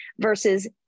versus